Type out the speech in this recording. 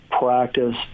practice